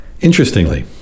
Interestingly